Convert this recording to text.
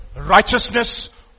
righteousness